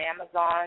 Amazon